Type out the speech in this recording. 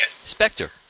Spectre